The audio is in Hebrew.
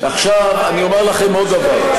עכשיו אני אומר לכם עוד דבר,